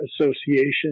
association